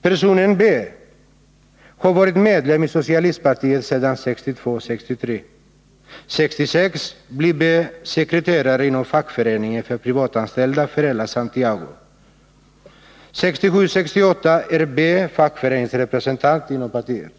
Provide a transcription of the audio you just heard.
Personen B har varit medlem i socialistpartiet sedan 1962-1963. År 1966 blir B sekreterare inom de privatanställdas fackförening för hela Santiago. Åren 1967-1968 är B fackföreningsrepresentant i partiet.